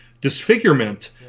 disfigurement